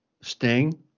sting